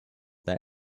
that